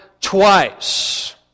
twice